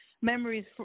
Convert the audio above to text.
memories